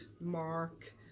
mark